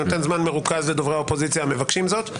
אני נותן זמן מרוכז לחברי האופוזיציה המבקשים זאת.